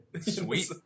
Sweet